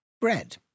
Bread